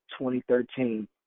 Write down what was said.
2013